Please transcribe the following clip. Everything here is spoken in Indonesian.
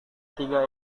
tiga